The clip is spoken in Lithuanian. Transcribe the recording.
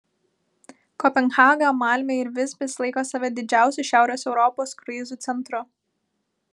kopenhaga malmė ir visbis laiko save didžiausiu šiaurės europos kruizų centru